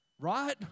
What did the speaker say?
Right